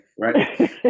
right